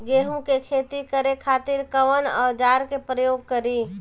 गेहूं के खेती करे खातिर कवन औजार के प्रयोग करी?